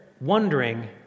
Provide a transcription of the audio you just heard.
wondering